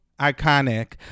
iconic